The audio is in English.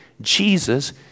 Jesus